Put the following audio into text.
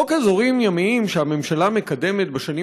חוק אזורים ימיים שהממשלה מקדמת בשנים